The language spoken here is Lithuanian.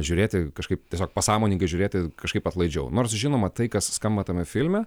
žiūrėti kažkaip tiesiog pasąmoningai žiūrėti kažkaip atlaidžiau nors žinoma tai kas skamba tame filme